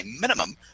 minimum